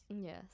Yes